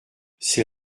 c’est